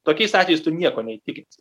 tokiais atvejais tu nieko neįtikinsi